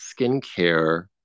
skincare